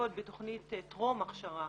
משתתפות בתכנית טרום הכשרה